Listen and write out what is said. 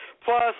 plus